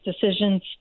decisions